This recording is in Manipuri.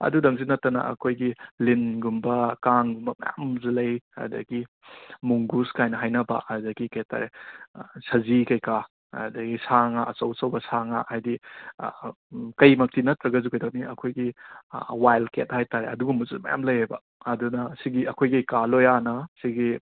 ꯑꯗꯨꯗꯪꯁꯨ ꯅꯠꯇꯅ ꯑꯩꯈꯣꯏꯒꯤ ꯂꯤꯟꯒꯨꯝꯕ ꯀꯥꯡꯒꯨꯝꯕ ꯃꯌꯥꯝ ꯑꯃꯁꯨ ꯂꯩ ꯑꯗꯒꯤ ꯃꯣꯡꯒꯨꯁ ꯀꯥꯏꯅ ꯍꯥꯏꯅꯕ ꯑꯗꯒꯤ ꯀꯩ ꯍꯥꯏꯇꯥꯔꯦ ꯑ ꯁꯖꯤ ꯀꯩꯀꯥ ꯑꯗꯒꯤ ꯁꯥ ꯉꯥ ꯑꯆꯧ ꯑꯆꯧꯕ ꯁꯥ ꯉꯥ ꯍꯥꯏꯗꯤ ꯑ ꯑꯝ ꯀꯩꯃꯛꯇꯤ ꯅꯠꯇ꯭ꯔꯒꯁꯨ ꯀꯩꯗꯧꯅꯤ ꯑꯩꯈꯣꯏꯒꯤ ꯑ ꯋꯥꯏꯜ ꯀꯦꯠ ꯍꯥꯏꯇꯥꯔꯦ ꯑꯗꯨꯒꯨꯝꯕꯁꯨ ꯃꯌꯥꯝ ꯂꯩꯌꯦꯕ ꯑꯗꯨꯅ ꯁꯤꯒꯤ ꯑꯩꯈꯣꯏꯒꯤ ꯀꯥ ꯂꯣꯌꯥꯅ ꯁꯤꯒꯤ